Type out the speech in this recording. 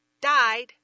Died